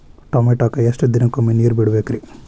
ಟಮೋಟಾಕ ಎಷ್ಟು ದಿನಕ್ಕೊಮ್ಮೆ ನೇರ ಬಿಡಬೇಕ್ರೇ?